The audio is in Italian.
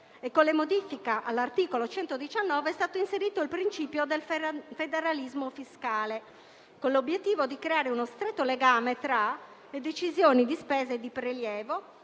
e, con la modifica all'articolo 119, è stato inserito il principio del federalismo fiscale, con l'obiettivo di creare uno stretto legame tra le decisioni di spesa e di prelievo